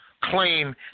claim